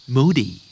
Moody